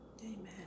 Amen